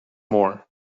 more